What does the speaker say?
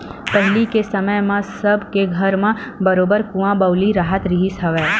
पहिली के समे म सब के घर म बरोबर कुँआ बावली राहत रिहिस हवय